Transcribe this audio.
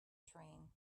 train